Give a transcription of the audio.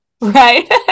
Right